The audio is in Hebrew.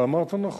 אתה אמרת נכון.